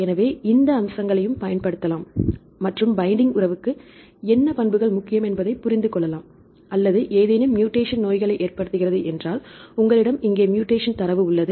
எனவே இந்த அம்சங்களையும் பயன்படுத்தலாம் மற்றும் பைண்டிங் உறவுக்கு என்ன பண்புகள் முக்கியம் என்பதை புரிந்து கொள்ளலாம் அல்லது ஏதேனும் மூடேஷன் நோய்களை ஏற்படுத்துகிறது என்றால் உங்களிடம் இங்கே மூடேஷன் தரவு உள்ளது